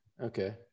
okay